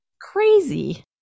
crazy